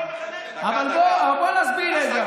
לצערי.